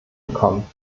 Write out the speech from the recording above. bekommen